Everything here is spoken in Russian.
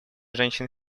женщин